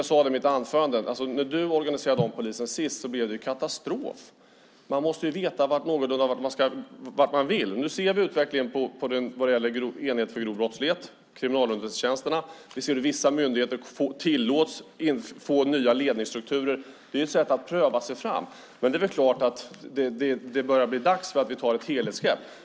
Jag sade väl i mitt anförande att det när du senast omorganiserade polisen blev katastrof. Man måste någorlunda veta vart man vill. Nu ser vi utvecklingen när det gäller enheten för grov brottslighet, kriminalunderrättelsetjänsterna. Vi ser att vissa myndigheter tillåts få nya ledningsstrukturer. Det är ett sätt att pröva sig fram. Men det är klart att det börjar bli dags för oss att ta ett helhetsgrepp.